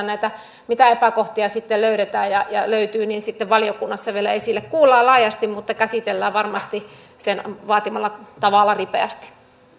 näitä mitä epäkohtia sitten löydetään ja ja löytyy sitten valiokunnassa vielä esille kuullaan laajasti mutta käsitellään varmasti sen vaatimalla tavalla ripeästi